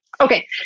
Okay